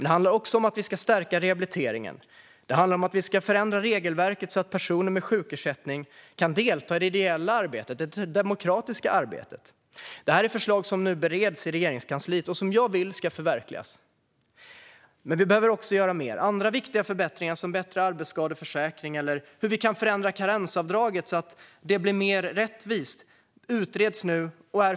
Det handlar också om att vi ska stärka rehabiliteringen och förändra regelverket så att personer med sjukersättning kan delta i ideellt arbete och i det demokratiska arbetet. Detta är förslag som nu bereds i Regeringskansliet och som jag vill ska förverkligas. Men vi behöver också göra mer, och nu utreds andra viktiga förbättringar, som en bättre arbetsskadeförsäkring eller hur vi kan förändra karensavdraget så att det blir mer rättvist.